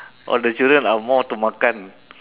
all the children are more to makan